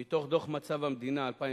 מתוך דוח מצב המדינה 2010,